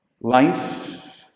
Life